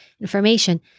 information